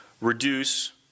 reduce